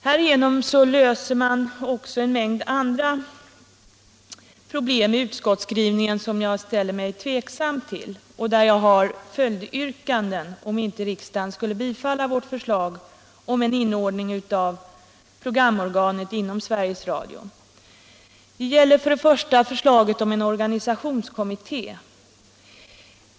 Genom detta skulle man också lösa en mängd andra problem i utskottsskrivningen som jag ställer mig tveksam till och där jag har följdyrkanden om inte riksdagen skulle bifalla vårt förslag om en inordning av programorganet under Sveriges Radio. Det gäller först förslaget om en organisationskommitté.